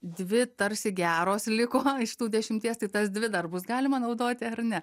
dvi tarsi geros liko iš tų dešimties tas dvi dar bus galima naudoti ar ne